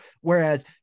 whereas